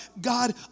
God